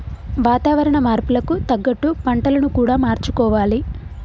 వాతావరణ మార్పులకు తగ్గట్టు పంటలను కూడా మార్చుకోవాలి